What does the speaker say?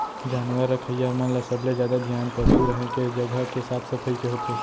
जानवर रखइया मन ल सबले जादा धियान पसु रहें के जघा के साफ सफई के होथे